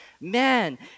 man